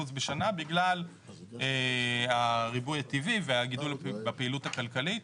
בשנה בגלל הריבוי הטבעי והגידול בפעילות הכלכלית,